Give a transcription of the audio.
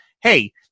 hey